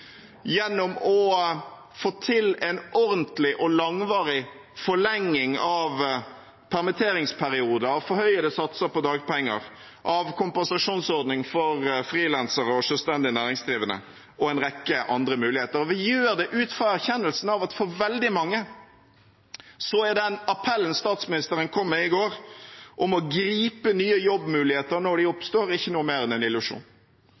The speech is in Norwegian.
gjennom å få til en ordentlig og langvarig forlenging av permitteringsperioder og forhøyede satser på dagpenger, av kompensasjonsordning for frilansere og selvstendig næringsdrivende – og en rekke andre muligheter. Vi gjør det ut fra erkjennelsen av at for veldig mange er den appellen statsministeren kom med i går om å gripe nye jobbmuligheter når de oppstår, ikke noe mer enn en illusjon.